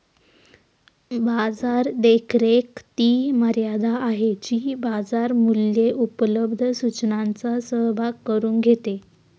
बाजार देखरेख ती मर्यादा आहे जी बाजार मूल्ये उपलब्ध सूचनांचा सहभाग करून घेते